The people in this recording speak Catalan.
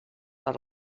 per